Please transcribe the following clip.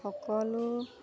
সকলো